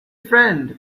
friend